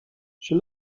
she